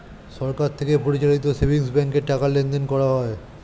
সরকার থেকে পরিচালিত সেভিংস ব্যাঙ্কে টাকা লেনদেন করা হয়